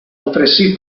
altresì